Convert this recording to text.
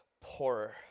poorer